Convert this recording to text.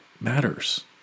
matters